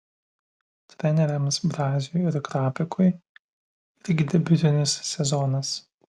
treneriams braziui ir krapikui irgi debiutinis sezonas